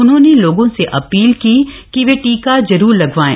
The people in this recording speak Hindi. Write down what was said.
उन्होंने लोगों से अपील की कि वे टीका जरूर लगवाएं